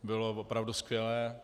Bylo opravdu skvělé.